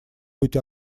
быть